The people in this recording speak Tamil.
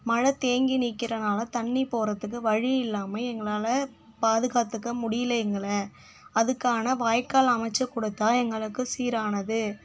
மழை தேங்கி நிற்கிறனால தண்ணி போகிறதுக்கு வழியில்லாமல் எங்களால் பாதுகாத்துக்க முடியல எங்களை அதுக்கான வாய்க்கால் அமைச்சு கொடுத்தா எங்களுக்கு சீரானது